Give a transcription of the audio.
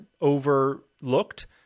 overlooked